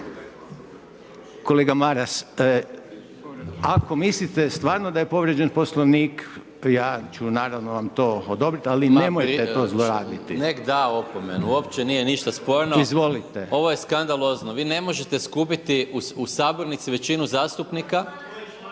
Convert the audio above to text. kolega Maras, ako mislite stvarno da je povrijeđen Poslovnik, ja ću naravno to odobriti ali nemojte to zlorabiti. **Maras, Gordan (SDP)** Nek' da opomenu, uopće nije ništa sporno. Ovo je skandalozno. Vi ne možete skupiti u sabornici većinu zastupnika…